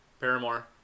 Paramore